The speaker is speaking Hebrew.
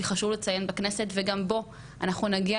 כי חשוב לציין בכנסת וגם בו אנחנו נגיע